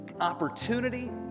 opportunity